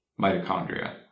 mitochondria